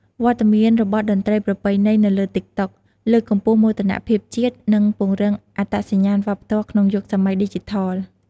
វត្តមានរបស់តន្ត្រីប្រពៃណីខ្មែរនៅលើ តិកតុក លើកកម្ពស់មោទនភាពជាតិ និងពង្រឹងអត្តសញ្ញាណវប្បធម៌ក្នុងយុគសម័យឌីជីថល។